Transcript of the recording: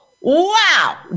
Wow